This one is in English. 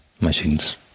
machines